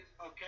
Okay